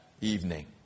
evening